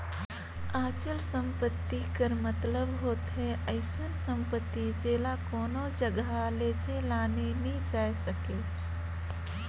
अचल संपत्ति कर मतलब होथे अइसन सम्पति जेला कोनो जगहा लेइजे लाने नी जाए सके